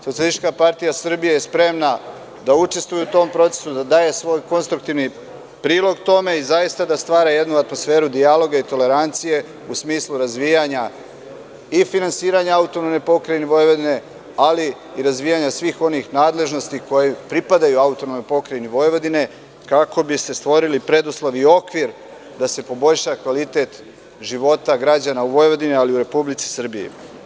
Socijalistička partija Srbije je spremna da učestvuje u tom procesu, da daje svoj konstruktivni prilog tome i zaista da stvara jednu atmosferu dijaloga i tolerancije u smislu razvijanja i finansiranja AP Vojvodine, ali i razvijanja svih onih nadležnosti koje pripadaju AP Vojvodini, kako bi se stvorili preduslovi i okvir da se poboljša kvalitet života građana u Vojvodini, ali i u Republici Srbiji.